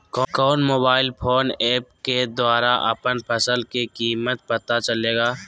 कौन mobile phone app के द्वारा अपन फसल के कीमत पता चलेगा?